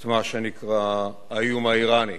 את מה שנקרא האיום האירני.